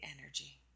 energy